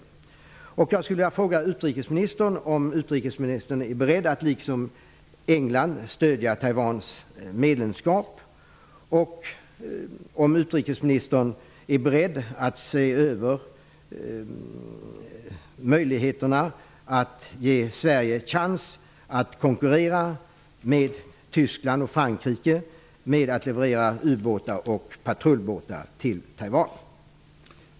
Därför skulle jag vilja fråga utrikesministern om hon är beredd att, liksom man är i England, stödja Taiwans GATT-medlemskap och om hon är beredd att se över möjligheterna att ge Sverige chans att konkurrera med Tyskland och Frankrike om att leverera ubåtar och patrullbåtar till Taiwan.